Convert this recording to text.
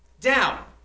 down